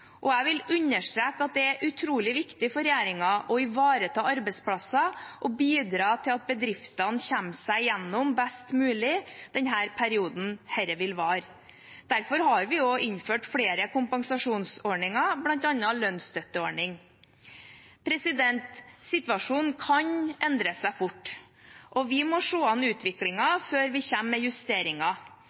Jeg vil understreke at det er utrolig viktig for regjeringen å ivareta arbeidsplasser og bidra til at bedriftene kommer seg best mulig gjennom den perioden dette vil vare. Derfor har vi også innført flere kompensasjonsordninger, bl.a. lønnsstøtteordning. Situasjonen kan endre seg fort, og vi må se an utviklingen før vi kommer med justeringer.